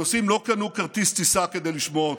הנוסעים לא קנו כרטיס טיסה כדי לשמוע אותו.